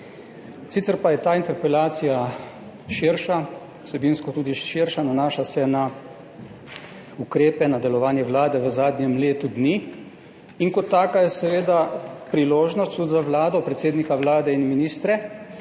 Sicer pa je ta interpelacija vsebinsko širša. Nanaša se na ukrepe, na delovanje Vlade v zadnjem letu dni in kot taka je seveda priložnost tudi za Vlado, predsednika Vlade in ministre,